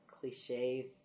cliche